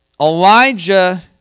Elijah